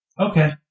Okay